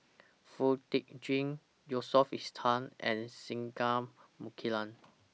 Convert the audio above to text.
Foo Tee Jun Yusof Ishak and Singai Mukilan